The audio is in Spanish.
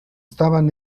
estaban